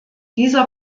dieser